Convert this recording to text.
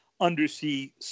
undersea